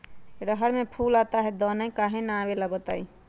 रहर मे फूल आता हैं दने काहे न आबेले बताई?